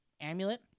amulet